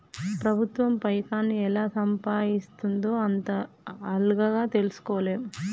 ప్రభుత్వం పైకాన్ని ఎలా సంపాయిస్తుందో అంత అల్కగ తెల్సుకోలేం